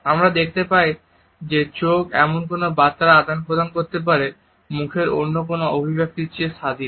আমরা দেখতে পাই যে চোখ এমন কোন বার্তা আদান প্রদান করতে পারে মুখের অন্য কোনো অভিব্যক্তির চেয়ে স্বাধীন